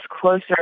closer